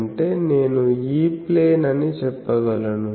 అంటే నేను E plane అని చెప్పగలను